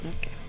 Okay